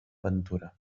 ventura